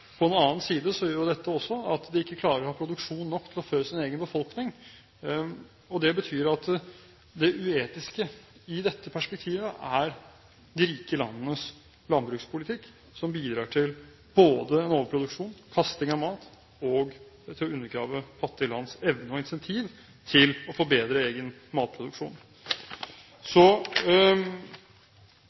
På den annen side gjør dette også at de ikke klarer å ha produksjon nok til å fø sin egen befolkning. Det betyr at det uetiske i dette perspektivet er de rike landenes landbrukspolitikk, som bidrar til både overproduksjon, kasting av mat og å undergrave fattige lands evne og initiativ til å forbedre egen matproduksjon. Så